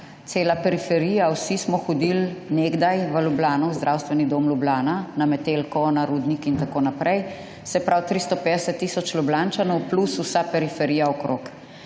cela periferija, vsi smo hodili nekdaj v Ljubljano, v Zdravstveni dom Ljubljana, na Metelkovo, na Rudnik in tako naprej, se pravi 350 tisoč Ljubljančanov, plus vsa periferija okrog.